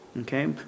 okay